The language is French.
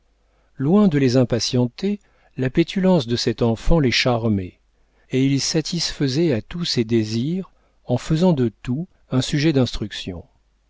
loin de les impatienter la pétulance de cette enfant les charmait et ils satisfaisaient à tous ses désirs en faisant de tout un sujet d'instruction